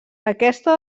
aquesta